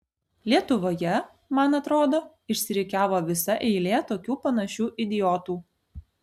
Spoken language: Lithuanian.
lietuvoje man atrodo išsirikiavo visa eilė tokių panašių idiotų